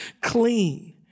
clean